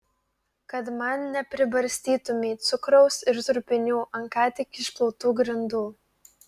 kad man nepribarstytumei cukraus ir trupinių ant ką tik išplautų grindų